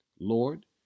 Lord